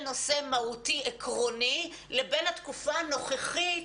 נושא מהותי-עקרוני לבין התקופה הנוכחית,